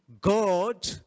God